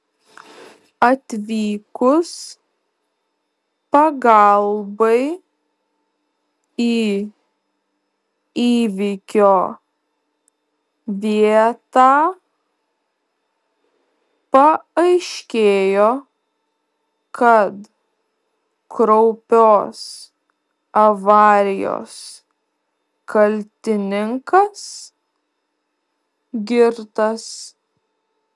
atvykus pagalbai į įvykio vietą paaiškėjo kad kraupios avarijos kaltininkas girtas